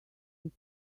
sick